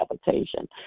habitation